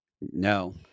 No